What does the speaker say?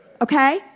Okay